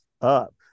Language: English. up